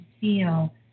feel